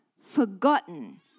forgotten